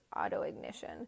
auto-ignition